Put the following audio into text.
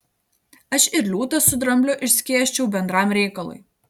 aš ir liūtą su drambliu išskėsčiau bendram reikalui